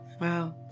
Wow